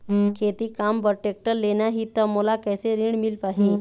खेती काम बर टेक्टर लेना ही त मोला कैसे ऋण मिल पाही?